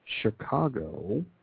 Chicago